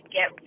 get